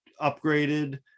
upgraded